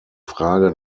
frage